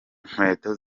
inkweto